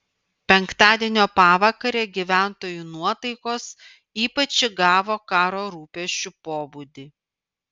penktadienio pavakare gyventojų nuotaikos ypač įgavo karo rūpesčių pobūdį